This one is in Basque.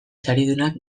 saridunak